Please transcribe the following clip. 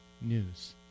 news